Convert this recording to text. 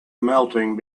melting